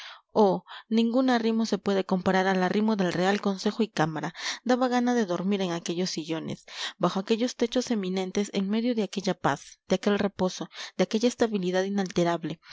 oh ningún arrimo se puede comparar al arrimo del real consejo y cámara daba gana de dormir en aquellos sillones bajo aquellos techos eminentes en medio de aquella paz de aquel reposo de aquella estabilidad inalterable